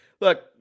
Look